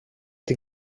την